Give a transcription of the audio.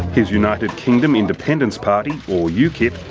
his united kingdom independence party, or ukip,